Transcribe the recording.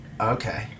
Okay